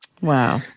Wow